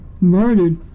murdered